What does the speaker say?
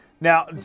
Now